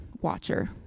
watcher